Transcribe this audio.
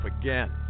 again